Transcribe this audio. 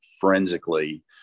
forensically